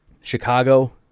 Chicago